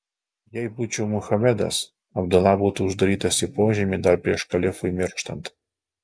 jei būčiau muhamedas abdula būtų uždarytas į požemį dar prieš kalifui mirštant